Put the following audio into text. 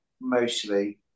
mostly